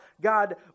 God